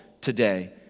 today